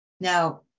Now